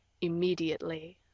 immediately